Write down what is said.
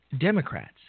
Democrats